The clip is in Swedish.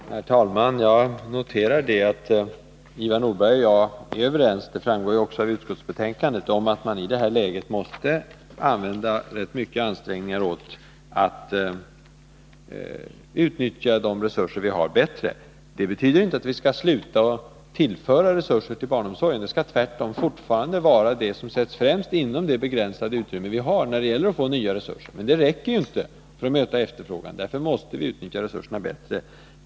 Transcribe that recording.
Herr talman! Jag noterar att Ivar Nordberg och jag är helt överens — det framgår också av utskottsbetänkandet — om att man i det här läget måste använda rätt stora ansträngningar åt att bättre utnyttja de resurser vi har. Det betyder inte att vi skall sluta att tillföra resurser till barnomsorgen — det måste fortfarande vara vad som sätts främst inom det begränsade utrymme vi har när det gäller att få nya resurser. Men detta räcker inte för att möta efterfrågan. Därför måste vi alltså utnyttja resurserna bättre.